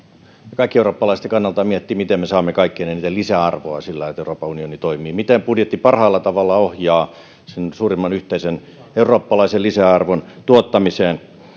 ja kaikkien eurooppalaisten kannalta miettiä miten me saamme kaikkein eniten lisäarvoa sillä että euroopan unioni toimii miten budjetti parhaalla tavalla ohjaa sen suurimman yhteisen eurooppalaisen lisäarvon tuottamiseen